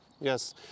Yes